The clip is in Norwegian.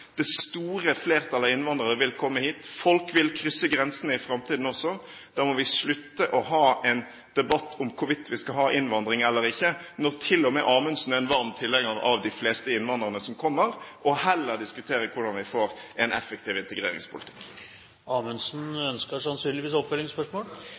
Det store flertall av innvandrere vil komme hit, folk vil krysse grensene i framtiden også. Da må vi slutte å ha en debatt om hvorvidt vi skal ha innvandring eller ikke, når til og med Amundsen er en varm tilhenger av de fleste innvandrerne som kommer, og heller diskutere hvordan vi får en effektiv integreringspolitikk.